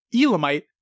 Elamite